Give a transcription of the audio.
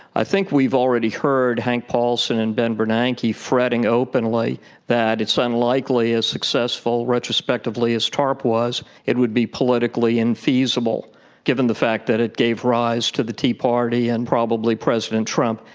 i think we've already heard hank paulson and ben bernanke fretting openly that it's unlikely, as successful retrospectively as tarp was, it would be politically infeasible given the fact that it gave rise to the tea party and probably president trump.